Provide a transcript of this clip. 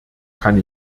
kann